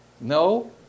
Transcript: No